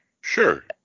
sure